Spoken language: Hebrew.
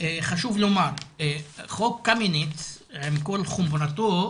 חשוב לומר, חוק קמיניץ עם כל חומרתו,